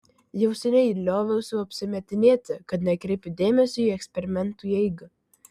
jau seniai lioviausi apsimetinėti kad nekreipiu dėmesio į eksperimentų eigą